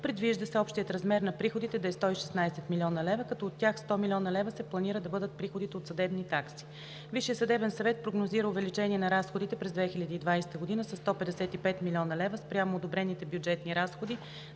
Предвижда се общият размер на приходите да е 116 млн. лв., като от тях 100 млн. лв. се планира да бъдат приходите от съдебни такси. Висшият съдебен съвет прогнозира увеличение на разходите през 2020 г. със 155,0 млн. лв. спрямо одобрените бюджетни разходи